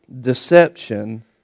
deception